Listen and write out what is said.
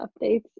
updates